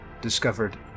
discovered